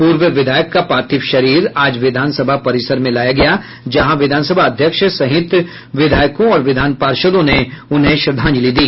पूर्व विधायक का पार्थिव शरीर आज विधान सभा परिसर में लाया गया जहां विधानसभा अध्यक्ष सहित विधायकों और विधान पाषदों ने उन्हें श्रद्धांजलि दी